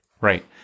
Right